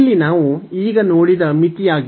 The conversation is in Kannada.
ಇಲ್ಲಿ ನಾವು ಈಗ ನೋಡಿದ ಮಿತಿಯಾಗಿದೆ